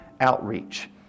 outreach